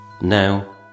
Now